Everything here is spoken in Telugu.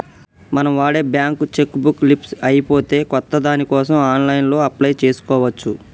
మనం వాడే బ్యేంకు చెక్కు బుక్కు లీఫ్స్ అయిపోతే కొత్త దానికోసం ఆన్లైన్లో అప్లై చేసుకోవచ్చు